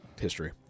history